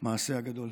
במעשה הגדול.